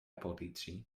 politie